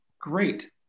great